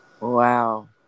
Wow